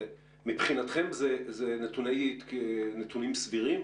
מבחינתכם אלו נתונים סבירים?